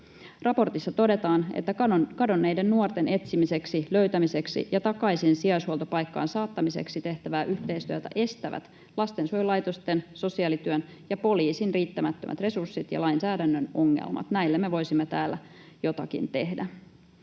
Raportissa todetaan, että kadonneiden nuorten etsimiseksi, löytämiseksi ja takaisin sijaishuoltopaikkaan saattamiseksi tehtävää yhteistyötä estävät lastensuojelulaitosten, sosiaalityön ja poliisin riittämättömät resurssit ja lainsäädännön ongelmat. Näille me voisimme täällä jotakin tehdä.